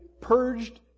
purged